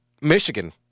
Michigan